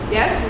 Yes